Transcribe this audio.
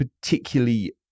particularly